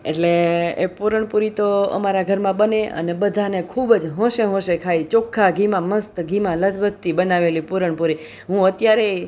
એટલે એ પૂરણપૂરી તો અમારા ઘરમાં બને અને બધાંને ખૂબ જ હોંશે હોંશે ખાય ચોખા ઘીમાં મસ્ત ઘીમાં લથબથતી બનાવેલી પૂરણપૂરી હું અત્યારે